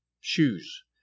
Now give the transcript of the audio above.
shoes